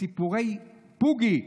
סיפורי פוגי.